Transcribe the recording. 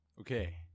Okay